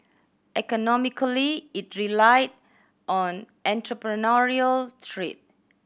economically it relied on entrepreneurial trade